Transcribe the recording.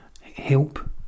help